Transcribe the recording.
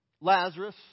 Lazarus